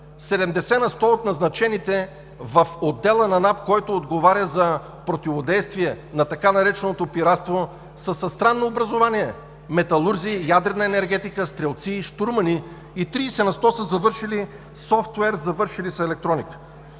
70 на сто от назначените в отдела на НАП, който отговаря за противодействие на така нареченото пиратство, са със странно образование – металурзи, ядрена енергетика, щурмани и 30% са завършили софтуер, завършили са електроника.